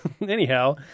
anyhow